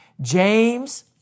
James